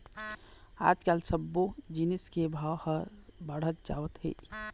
आजकाल सब्बो जिनिस के भाव ह बाढ़त जावत हे